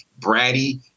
bratty